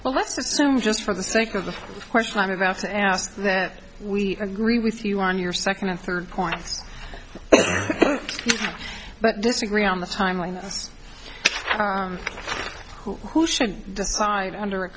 assume just for the sake of the question i'm about to ask that we agree with you on your second or third point but disagree on the timeline who should decide under a